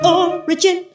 origin